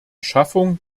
schaffung